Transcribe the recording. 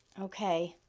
okay.